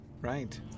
Right